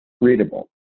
readable